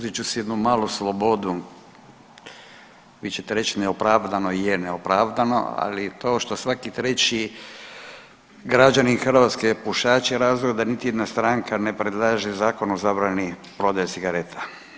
Uzet ću si jednu malo slobodu, vi ćete reći neopravdano je neopravdano, ali to što svaki treći građanin Hrvatske je pušač je razlog da niti jedna stranka ne predlaže zakon o zabrani prodaje cigareta.